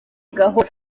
gahoro